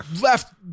left